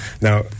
Now